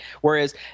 Whereas